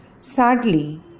Sadly